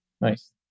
Nice